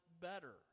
better